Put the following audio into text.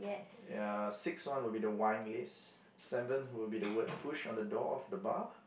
ya sixth one would be the wine list seventh would be the word push on the door of the bar